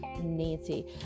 Nancy